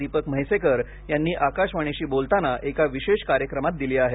दीपक म्हैसेकर यांनी आकाशवाणीशी बोलताना एका विशेष कार्यक्रमात दिली आहे